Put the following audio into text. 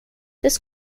this